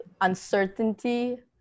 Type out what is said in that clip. uncertainty